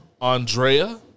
Andrea